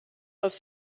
els